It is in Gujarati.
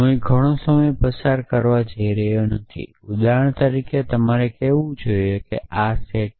હું અહીં ઘણો સમય પસાર કરવા જઇ રહ્યો નથી ઉદાહરણ તરીકે તમારે કહેવું જોઇએ કે આ સેટ